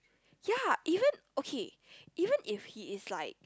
ya even okay even if he is like